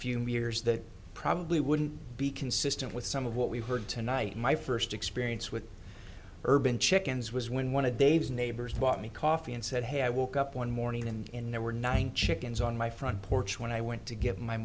few years that probably wouldn't be consistent with some of what we heard tonight my first experience with urban chickens was when want to dave's neighbors bought me coffee and said hey i woke up one morning and in there were nine chickens on my front porch when i went to get my